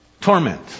torment